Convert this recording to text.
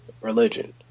religion